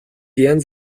янз